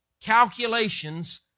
calculations